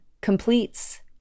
completes